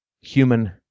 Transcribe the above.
human